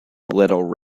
little